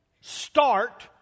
start